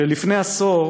שלפני עשור